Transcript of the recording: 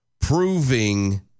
proving